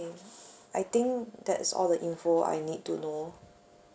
I think that's all the info I need to know